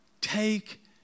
take